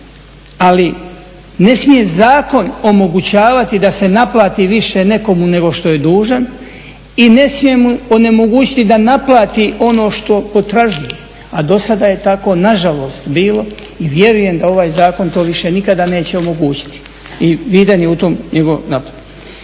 Ali ne smije zakon omogućavati da se naplati više nekome nego što je dužan i ne smije mu onemogućiti da naplati ono što potražuje. A dosada je tako, nažalost, bilo. I vjerujem da ovaj zakon to više nikada neće omogućiti. Ovrhe su nužne u